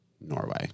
Norway